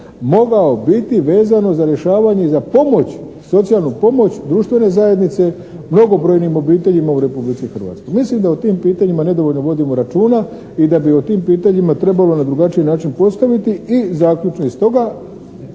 mogao biti vezano za rješavanje i za pomoć, socijalnu pomoć društvene zajednice mnogobrojnim obiteljima u Republici Hrvatskoj. Mislim da o tim pitanjima nedovoljno vodimo računa i da bi o tim pitanjima trebalo na drugačiji način postaviti. I zaključno iz toga